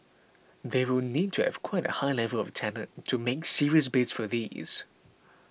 they will need to have quite a high level of talent to make serious bids for these